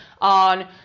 on